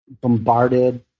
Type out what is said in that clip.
bombarded